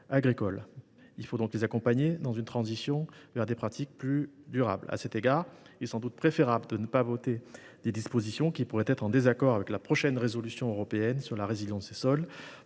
Nous devons les accompagner dans une transition vers des pratiques plus durables. À cet égard, il est sans doute préférable de ne pas voter de dispositions qui pourraient être en contradiction avec la prochaine directive européenne sur la résilience des sols.